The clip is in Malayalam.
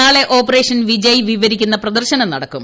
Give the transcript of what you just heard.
നാളെ ഓപ്പറേഷൻ വിജയ് വിവരിക്കുന്ന പ്രദർശനം നടക്കും